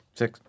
six